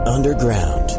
Underground